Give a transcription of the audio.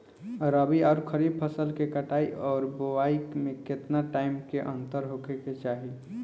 रबी आउर खरीफ फसल के कटाई और बोआई मे केतना टाइम के अंतर होखे के चाही?